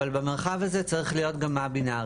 אבל במרחב הזה צריך להיות גם א-בינארי,